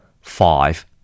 Five